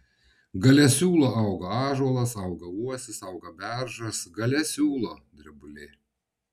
gale siūlo auga ąžuolas auga uosis auga beržas gale siūlo drebulė